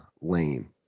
lame